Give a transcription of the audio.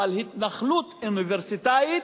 אבל התנחלות אוניברסיטאית,